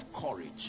courage